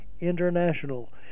International